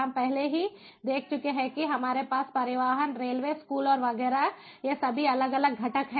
हम पहले ही देख चुके हैं कि हमारे पास परिवहन रेलवे स्कूल और वगैरह ये सभी अलग अलग घटक हैं